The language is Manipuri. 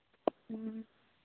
ꯎꯝ